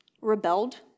rebelled